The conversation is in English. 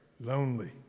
Lonely